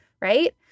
right